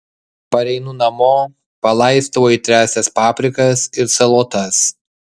pareinu namo palaistau aitriąsias paprikas ir salotas